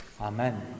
amen